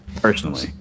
Personally